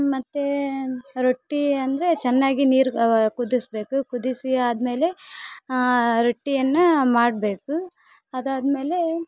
ಮತ್ತು ರೊಟ್ಟಿ ಅಂದರೆ ಚೆನ್ನಾಗಿ ನೀರು ಕುದಿಸ್ಬೇಕು ಕುದಿಸಿ ಆದ್ಮೇಲೆ ರೊಟ್ಟಿಯನ್ನು ಮಾಡಬೇಕು ಅದಾದ್ಮೇಲೆ